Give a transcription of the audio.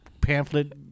pamphlet